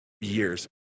years